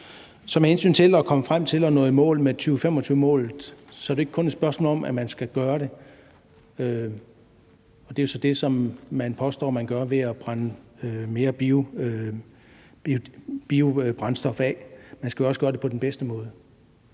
Så med hensyn til at komme frem til at nå 2025-målet er det ikke kun et spørgsmål om, at man skal gøre det. Og det er så det, som man påstår man gør ved at brænde mere biobrændstof af. Man skal jo også gøre det på den bedste måde,